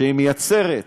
שמייצרת